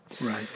Right